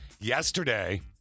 yesterday